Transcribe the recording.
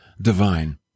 divine